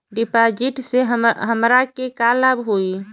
डिपाजिटसे हमरा के का लाभ होई?